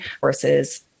versus